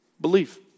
Belief